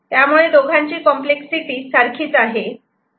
त्यामुळे दोघांची कॉम्प्लेक्ससिटी सारखीच आहे